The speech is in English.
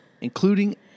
including